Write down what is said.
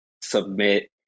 submit